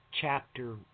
chapter